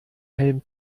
helm